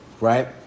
right